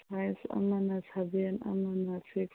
size ꯑꯃꯅ seven ꯑꯃꯅ six